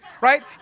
right